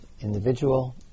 individual